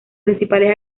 principales